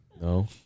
No